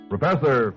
Professor